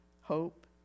hope